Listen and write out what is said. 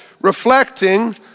reflecting